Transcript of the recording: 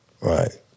Right